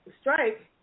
strike